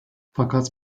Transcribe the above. fakat